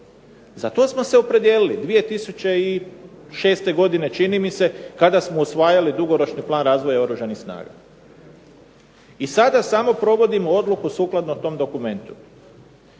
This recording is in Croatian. Za to smo se opredijelili 2006. godine čini mi se kada smo usvajali dugoročni plan razvoja Oružanih snaga. I sada samo provodimo odluku sukladno tom dokumentu.